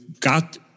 got